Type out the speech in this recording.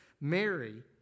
Mary